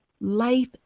life